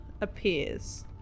appears